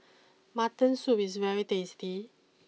Mutton Soup is very tasty